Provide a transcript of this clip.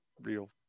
real